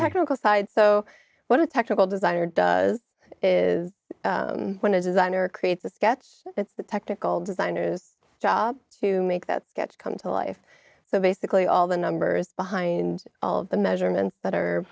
technical side so what a technical designer does is when designer creates a sketch that's the technical designer's job to make that sketch come to life so basically all the numbers behind all of the measurements that are